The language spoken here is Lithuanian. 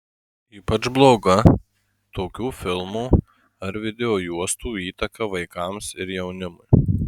ypač bloga tokių filmų ar videojuostų įtaka vaikams ir jaunimui